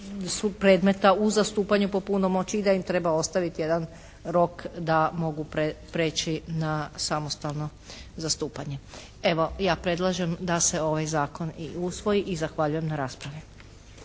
predmeta u zastupanju po punomoći i da im trebao staviti jedan rok da mogu prijeći na samostalno zastupanje. Evo ja predlažem da se ovaj zakon i usvoji i zahvaljujem na raspravi.